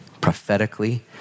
prophetically